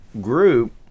group